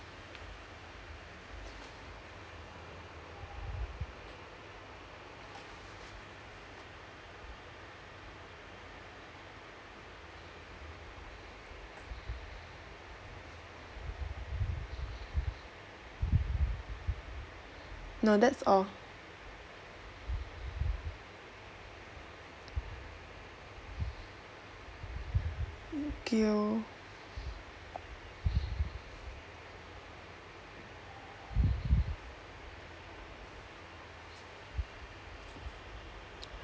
no that's all thank you